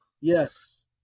Yes